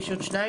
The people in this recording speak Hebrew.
יש עוד שניים.